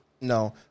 No